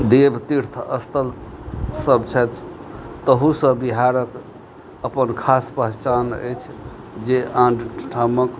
देव तीर्थ स्थल सब छथि तहूसँ बिहारक अपन खास पहचान अछि जे आनठामक